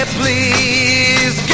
please